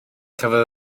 cafodd